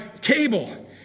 table